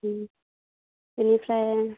बेनिफ्राय